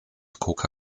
coca